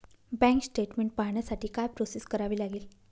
Bank statement पाहण्यासाठी काय process करावी लागेल?